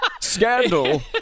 scandal